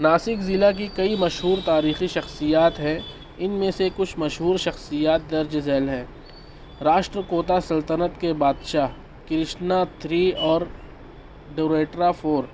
ناسک ضلع کی کئی مشہور تاریخی شخصیات ہیں ان میں سے کچھ مشہور شخصیات درج ذیل ہیں راشٹر کوتا سلطنت کے بادشاہ کرشنا تھری اور دوریٹرا فور